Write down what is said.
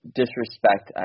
disrespect